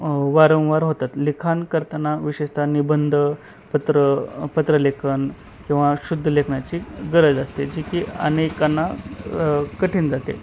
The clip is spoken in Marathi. वारंवार होतात लिखाण करताना विशेषतः निबंध पत्र पत्रलेखन किंवा शुद्ध लेखनाची गरज असते जी की अनेकांना कठीण जाते